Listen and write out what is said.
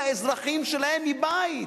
לאזרחים שלהן מבית.